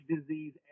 disease